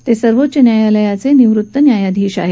ते सर्वोच्च न्यायालयाचे निवृत्त न्यायाधीश आहेत